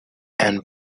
and